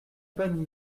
bonne